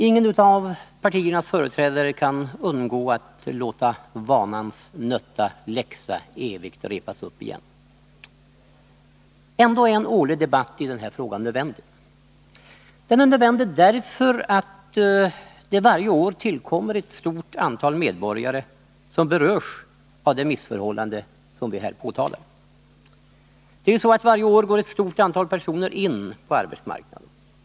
Ingen av partiernas företrädare kan undgå att låta vanans nötta läxa för evigt repas upp igen. Ändå är en årlig debatt i den här frågan nödvändig. Den är nödvändig därför att det varje år tillkommer ett stort antal medborgare som berörs av det missförhållande som vi här påtalar. Varje år går ett stort antal medborgare in på arbetsmarknaden.